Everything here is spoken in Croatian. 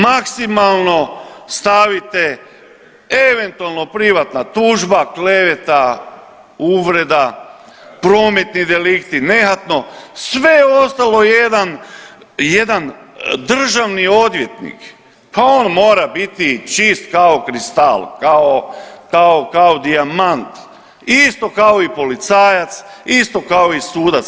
Maksimalno stavite eventualno privatna tužba, kleveta, uvreda, prometni deliktni, nehatno sve ostalo je jedan državni odvjetnika pa on mora biti čist kao kristal, kao dijamant isto kao i policajac, isto kao i sudac.